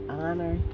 honor